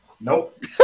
Nope